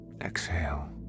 Exhale